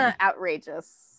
outrageous